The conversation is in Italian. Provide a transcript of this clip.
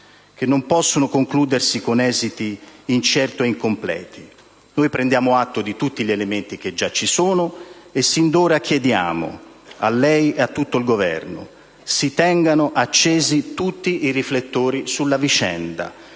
che non possono concludersi con esiti incerti o incompleti. Prendiamo atto di tutti gli elementi che già ci sono e sin d'ora chiediamo a lei e a tutto il Governo che si tengano accesi tutti i riflettori sulla vicenda,